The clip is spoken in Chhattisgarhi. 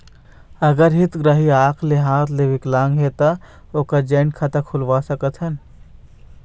अगर हितग्राही आंख ले हाथ ले विकलांग हे ता ओकर जॉइंट खाता खुलवा सकथन?